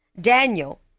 Daniel